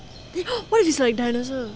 what if it's like dinosaurs